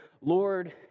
Lord